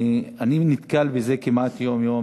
אני נתקל בזה כמעט יום-יום,